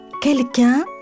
quelqu'un